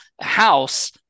house